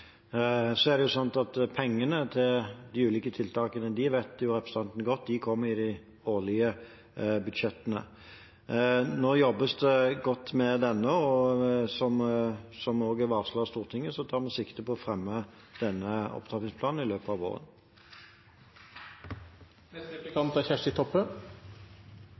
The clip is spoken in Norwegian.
Så vet representanten godt at pengene til de ulike tiltakene kommer i de årlige budsjettene. Nå jobbes det godt med denne opptrappingsplanen, og som vi også har varslet Stortinget om, tar vi sikte på å legge den fram i løpet av våren.